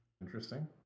Interesting